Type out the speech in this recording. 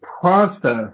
process